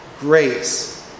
grace